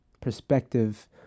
perspective